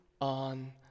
on